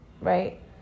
Right